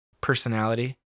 personality